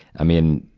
i mean,